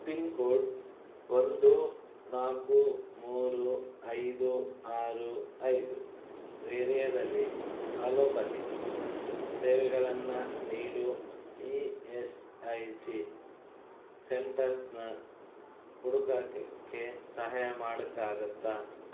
pin code ಒಂದು ನಾಲ್ಕು ಮೂರು ಐದು ಆರು ಐದು ಏರಿಯಾದಲ್ಲಿ ಅಲೋಪತಿ ಸೇವೆಗಳನ್ನ ನೀಡೋ ಇ ಎಸ್ ಐ ಸಿ ಸೆಂಟರ್ಸ್ನ ಹುಡ್ಕೋಕ್ಕೆ ಕ್ಕೆ ಸಹಾಯ ಮಾಡೋಕ್ಕಾಗುತ್ತಾ